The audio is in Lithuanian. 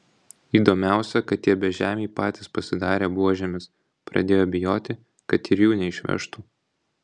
įdomiausia kad tie bežemiai patys pasidarė buožėmis pradėjo bijoti kad ir jų neišvežtų